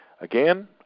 Again